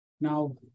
Now